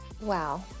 Wow